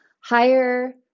higher